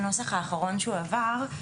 בנוסח האחרון שהועבר,